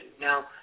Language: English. Now